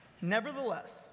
Nevertheless